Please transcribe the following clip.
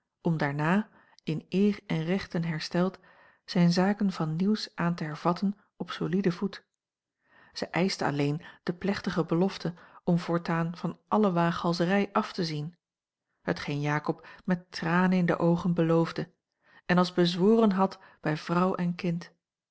om daarna in eer en rechten hersteld zijne zaken van nieuws aan te hervatten op soliden voet zij eischte alleen de plechtige belofte om voortaan van alle waaghalzerij af te zien hetgeen jakob met tranen in de oogen beloofde en als bezworen had bij vrouw en kind